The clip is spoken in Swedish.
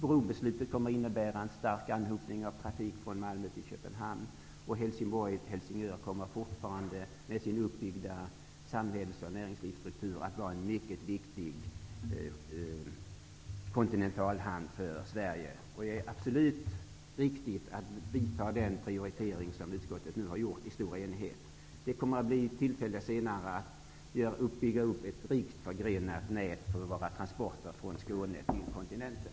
Brobeslutet kommer att innebära en stark anhopning av trafik från Malmö till Köpenhamn, och Helsingborg--Helsingör kommer fortfarande med sin uppbyggda samhälls och näringslivsstruktur att vara en mycket viktig kontinentalhamn för Sverige. Det är absolut riktigt att vidta den prioritering som trafikutskottet nu har gjort i stor enighet. Det kommer att bli tillfälle senare att bygga upp ett rikt förgrenat nät för våra transporter från Skåne till kontinenten.